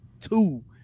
two